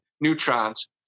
neutrons